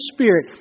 Spirit